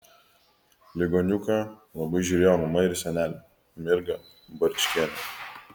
ligoniuką labai žiūrėjo mama ir senelė mirga barčkienė